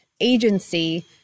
agency